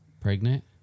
pregnant